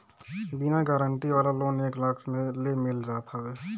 बिना गारंटी वाला लोन एक लाख ले मिल जात हवे